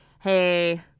hey